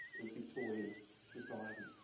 victorian society.